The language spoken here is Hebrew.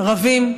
רבים.